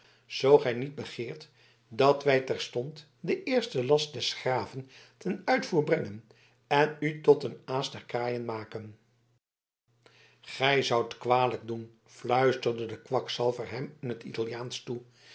zoo gij niet begeert dat wij terstond den eersten last des graven ten uitvoer brengen en u tot een aas der kraaien maken gij zoudt kwalijk doen fluisterde de kwakzalver hem in t italiaansch toe